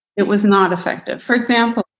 it was not effective. for example,